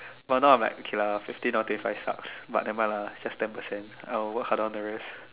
but now I'm like okay lah fifteen out of twenty five sucks but never mind lah it's just ten percent I'll work hard on the rest